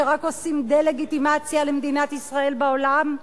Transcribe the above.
שרק עושים דה-לגיטימציה למדינת ישראל בעולם,